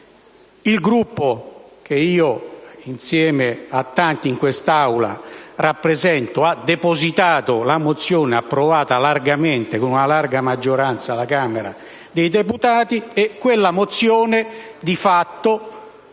Il Gruppo che io, insieme a tanti in quest'Aula, rappresento ha depositato la mozione approvata con una larga maggioranza dalla Camera dei deputati; quella mozione, di fatto,